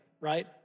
right